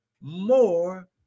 more